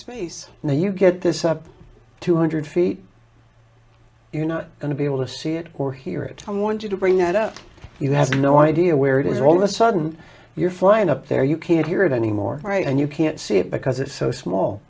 space and you get this up two hundred feet you're not going to be able to see it or hear it i want you to bring it up you have no idea where it is all of a sudden you're flying up there you can't hear it anymore right and you can't see it because it's so small